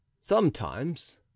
Sometimes